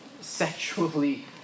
sexually